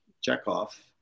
Chekhov